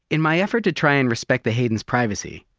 in my effort to try and respect the hayden's privacy,